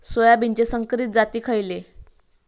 सोयाबीनचे संकरित जाती खयले?